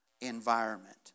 environment